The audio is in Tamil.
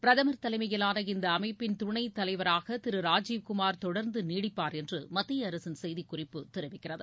பிரதமர் தலைமையிலான இந்தஅமைப்பின் துணைத் தலைவராகதிருராஜீவ் குமார் தொடர்ந்தநீடிப்பார் என்றுமத்தியஅரசின் செய்திக் குறிப்பு தெரிவிக்கிறது